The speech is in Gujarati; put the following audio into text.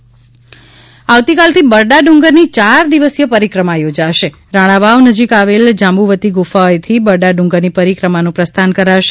બરડા ડુંગર પરિક્રમા આવતીકાલથી બરડા ડુંગરની ચાર દિવસીય પરિક્રમા યોજાશે રાણાવાવ નજીક આવેલ જાંબુવતી ગુફાએથી બરડા ડુંગરની પરિક્રમાનું પ્રસ્થાન કરાશે